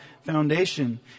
foundation